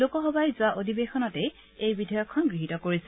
লোকসভাই যোৱা অধিৱেশনতেই এই বিধেয়কখন গৃহীত কৰিছিল